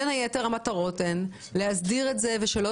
בין היתר המטרות הן להסדיר את זה ושלא